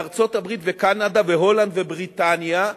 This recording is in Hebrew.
בארצות-הברית וקנדה והולנד ובריטניה,